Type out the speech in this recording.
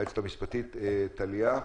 היועצת המשפטית, טליה אגמון,